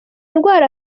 ndwara